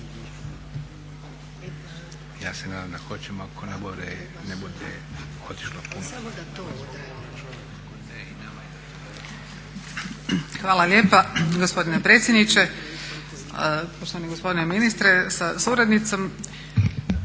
Hvala lijepa gospodine predsjedniče. Poštovani gospodine ministre sa suradnicom.